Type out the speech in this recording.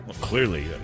Clearly